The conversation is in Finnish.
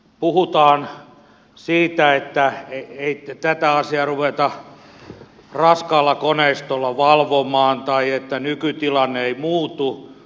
puhutaan siitä että ei tätä asiaa ruveta raskaalla koneistolla valvomaan tai että nykytilanne ei muutu hyvä näin